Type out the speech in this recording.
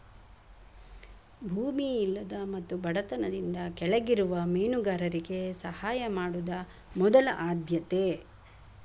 ಭೂಮಿ ಇಲ್ಲದ ಮತ್ತು ಬಡತನದಿಂದ ಕೆಳಗಿರುವ ಮೇನುಗಾರರಿಗೆ ಸಹಾಯ ಮಾಡುದ ಮೊದಲ ಆದ್ಯತೆ